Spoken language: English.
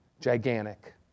gigantic